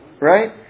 right